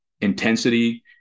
intensity